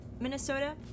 minnesota